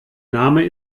name